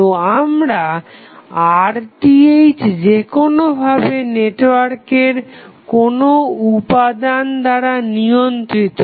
তো তোমার RTh যেকোনো ভাবে নেটওয়ার্কের কোনো উপাদান দ্বারা নিয়ন্ত্রিত